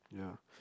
yeah